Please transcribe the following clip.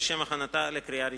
לשם הכנתה לקריאה ראשונה.